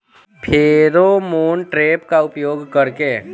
Pheromone trap का उपयोग कर के?